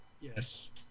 Yes